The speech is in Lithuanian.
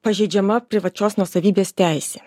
pažeidžiama privačios nuosavybės teisė